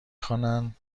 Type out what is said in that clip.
خوانند